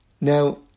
Now